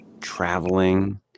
traveling